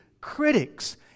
critics